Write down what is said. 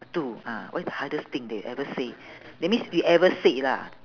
to ah what is the hardest thing that you ever say that means we ever said lah